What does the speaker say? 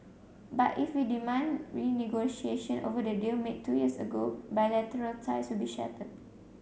but if we demand renegotiation over the deal made two years ago bilateral ties will be shattered